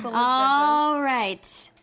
ah alright.